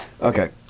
okay